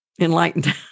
Enlightened